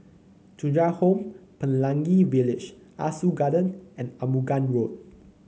Thuja Home Pelangi Village Ah Soo Garden and Arumugam Road